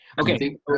Okay